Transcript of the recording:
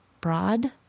Broad